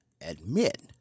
admit